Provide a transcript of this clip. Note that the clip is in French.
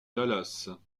dallas